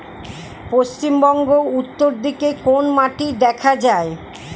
পশ্চিমবঙ্গ উত্তর দিকে কোন মাটি দেখা যায়?